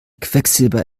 quecksilber